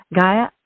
Gaia